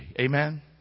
Amen